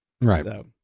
Right